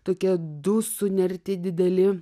tokie du sunerti dideli